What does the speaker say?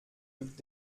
rückt